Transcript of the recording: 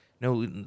no